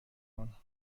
آنها